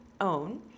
own